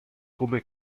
come